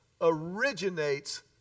originates